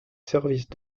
services